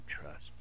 trust